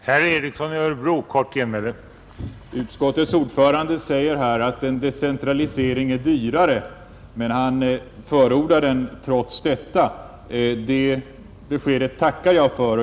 Herr talman! Utskottets ordförande säger här att en decentralisering är dyrare, men han förordar den ändå. Det beskedet tackar jag för.